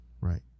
Right